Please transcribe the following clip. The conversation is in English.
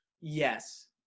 Yes